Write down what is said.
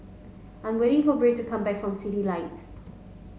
I'm waiting for Britt to come back from Citylights